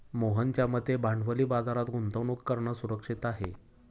मोहनच्या मते भांडवली बाजारात गुंतवणूक करणं सुरक्षित आहे